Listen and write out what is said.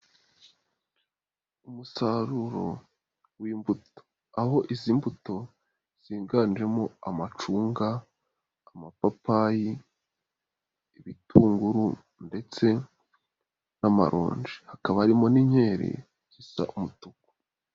Umusaruro w'imbuto aho izi mbuto ziganjemo amacunga, amapapayi, ibitunguru ndetse n'amaronja hakaba harimo n'inkeri zisa umutuku.